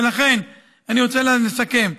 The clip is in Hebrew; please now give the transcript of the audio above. ולכן, אני רוצה לסכם.